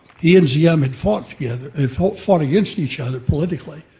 he and diem had fought together, they fought fought against each other politically,